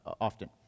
often